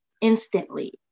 instantly